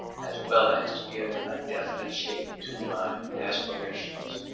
as well as to give a definite shape to my aspirations.